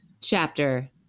chapter